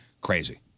crazy